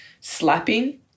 slapping